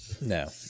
No